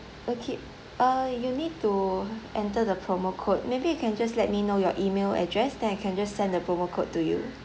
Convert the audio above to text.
okay err you need to enter the promo code maybe you can just let me know your email address then I can just send the promo code to you